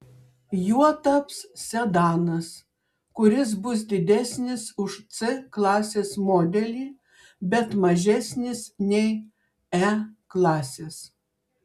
juo taps sedanas kuris bus didesnis už c klasės modelį bet mažesnis nei e klasės